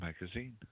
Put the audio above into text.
magazine